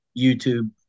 YouTube